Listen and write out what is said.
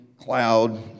Cloud